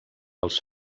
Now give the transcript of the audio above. els